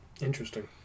Interesting